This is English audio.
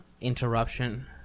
interruption